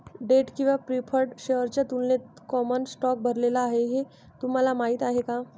Date किंवा preferred शेअर्सच्या तुलनेत कॉमन स्टॉक भरलेला आहे हे तुम्हाला माहीत आहे का?